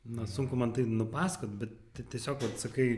na sunku man tai nupasakot bet tiesiog vat sakai